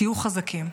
תהיו חזקים.